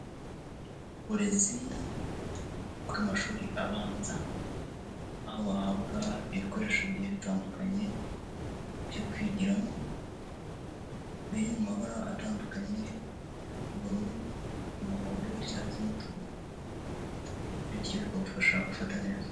Uburezi bw'amashuri abanza aho bahabwa ibikoresho bigiye bitandukanye byo kwigiramo biri mu mabara atandukanye: ubururu, umuhondo, icyatsi n'umutuku bityo bikabafasha gufata neza.